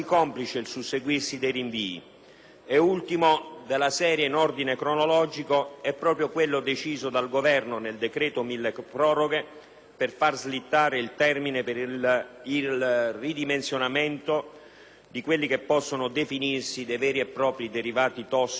Ultimo della serie in ordine cronologico è proprio quello deciso dal Governo nell'ambito del decreto-legge milleproroghe per far slittare il termine per il ridimensionamento di quelli che possono definirsi veri e propri derivati tossici della burocrazia italiana.